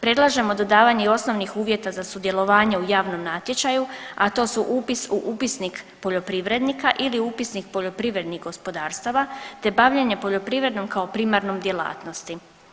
Predlažemo dodavanje i osnovnih uvjeta za sudjelovanje u javnom natječaju, a to su upis u upisnik poljoprivrednika ili upisnik poljoprivrednih gospodarstava, te bavljenje poljoprivredom kao primarnom djelatnosti.